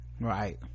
right